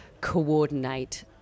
coordinate